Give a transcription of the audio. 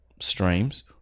streams